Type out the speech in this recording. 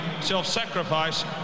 self-sacrifice